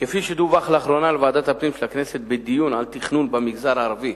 כפי שדווח לאחרונה לוועדת הפנים של הכנסת בדיון על תכנון במגזר הערבי,